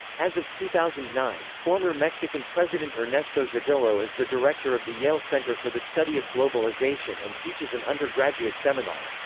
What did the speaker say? as of two thousand and nine, former mexican president ernesto zedillo is the director of the yale center for the study of globalization and teaches an undergraduate seminar,